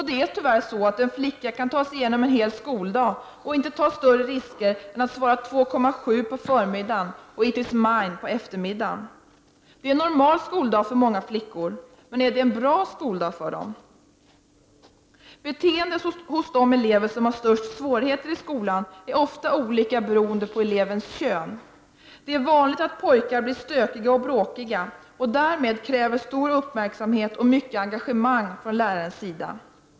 Det är tyvärr så, att en flicka kan ta sig igenom en hel skoldag utan att behöva ta större risker än att svara ”2,7” på förmiddagen ”it is mine” på eftermiddagen. Det är en normal skoldag för många flickor — men är det en bra skoldag för dem? Beteendet hos de elever som har störst svårigheter i skolan är ofta olika beroende på elevens kön. Det är vanligt att pojkarna blir stökiga och bråkiga och därmed kräver stor uppmärksamhet och mycket engagemang från lärarens sida.